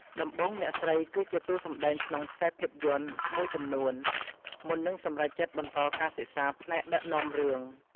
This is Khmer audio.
ដំបូងអ្នកស្រីគឺជាតួសម្តែងក្នុងខ្សែភាពយន្តមួយចំនួន មុននឹងសម្រេចចិត្តបន្តការសិក្សាផ្នែកដឹកនាំរឿង។